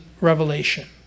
revelation